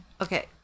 Okay